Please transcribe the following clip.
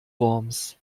worms